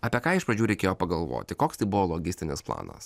apie ką iš pradžių reikėjo pagalvoti koks tai buvo logistinis planas